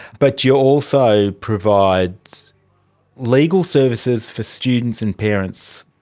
but you also provide legal services for students and parents.